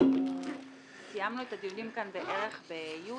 אנחנו סיימנו את הדיונים כאן בערך ביולי,